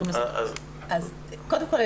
קודם כל,